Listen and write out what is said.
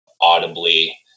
audibly